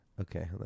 okay